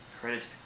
credits